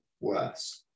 worse